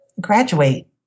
graduate